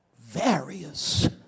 Various